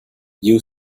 you